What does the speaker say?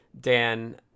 Dan